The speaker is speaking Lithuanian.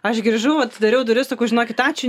aš grįžau atidariau duris sakau žinokit ačiū